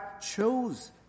chose